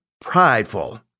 prideful